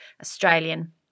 Australian